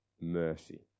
mercy